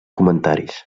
comentaris